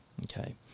okay